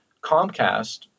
Comcast